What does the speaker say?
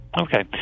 Okay